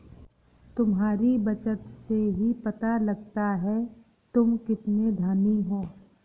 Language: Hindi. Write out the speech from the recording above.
तुम्हारी बचत से ही पता लगता है तुम कितने धनी हो